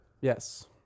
Yes